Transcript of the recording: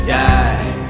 die